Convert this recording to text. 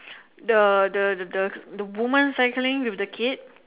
the the the the the woman cycling with the kid